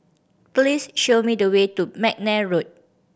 please show me the way to McNair Road